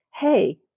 hey